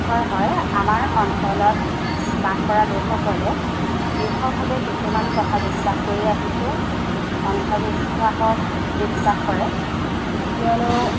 হয় হয় আমাৰ অঞ্চলত বাস কৰা লোকসকলে দৃঢ়ভাৱে কিছুমান কথা বিশ্বাস কৰি আহিছে অন্ধবিশ্বাসক বিশ্বাস কৰে কিয়নো